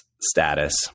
status